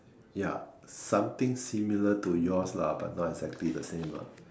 ya something similar to yours lah but not exactly the same ah